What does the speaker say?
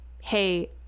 hey